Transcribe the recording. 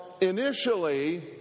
initially